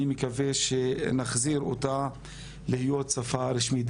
אני מקווה שנחזיר אותה להיות שפה רשמית.